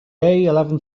eleven